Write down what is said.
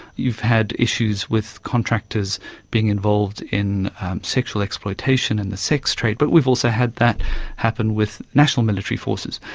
you've had issues with contractors being involved in sexual exploitation in the sex trade, but we've also had that happen with national military forces.